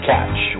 Catch